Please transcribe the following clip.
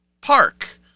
park